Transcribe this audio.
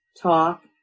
talk